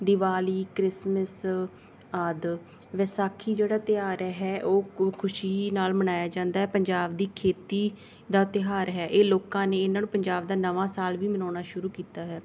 Diwali Christmas ਆਦਿ ਵਿਸਾਖੀ ਜਿਹੜਾ ਤਿਉਹਾਰ ਹੈ ਉਹ ਕੋ ਖੁਸ਼ੀ ਨਾਲ ਮਨਾਇਆ ਜਾਂਦਾ ਪੰਜਾਬ ਦੀ ਖੇਤੀ ਦਾ ਤਿਉਹਾਰ ਹੈ ਇਹ ਲੋਕਾਂ ਨੇ ਇਹਨਾਂ ਨੂੰ ਪੰਜਾਬ ਦਾ ਨਵਾਂ ਸਾਲ ਵੀ ਮਨਾਉਣਾ ਸ਼ੁਰੂ ਕੀਤਾ ਹੈ